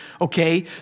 okay